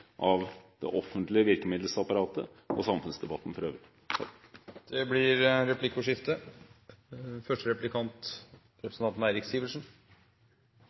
av det offentlige virkemiddelapparatet og samfunnsdebatten for øvrig. Det blir replikkordskifte.